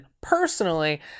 personally